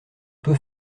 peut